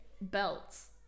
Belts